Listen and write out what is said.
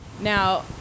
Now